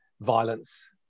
violence